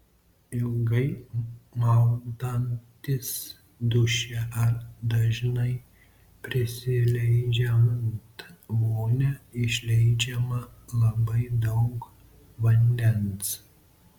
ilgai maudantis duše ar dažnai prisileidžiant vonią išleidžiama labai daug vandens